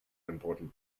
important